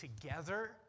together